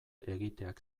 egiteak